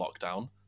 lockdown